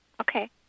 Okay